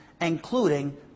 including